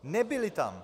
Nebyli tam.